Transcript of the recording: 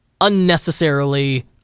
unnecessarily